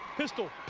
pistol.